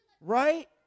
Right